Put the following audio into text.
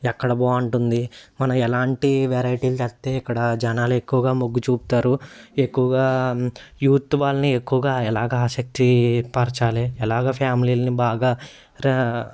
ఎక్కడ బాగుంటుంది మనం ఎలాంటి వెరైటీలు తెస్తే ఇక్కడ జనాలు ఎక్కువగా మొగ్గు చూపుతారు ఎక్కువగా యూత్ వాళ్ళని ఎక్కువగా ఎలాగా ఆసక్తి పరచాలి ఎలాగ ఫ్యామిలీని బాగా రా